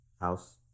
house